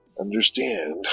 understand